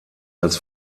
als